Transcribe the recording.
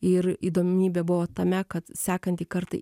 ir įdomybė buvo tame kad sekantį kartą